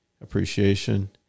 appreciation